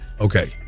Okay